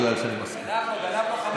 אני לא יכול לתת לך ארכה בגלל שאני מסכים.